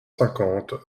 cinquante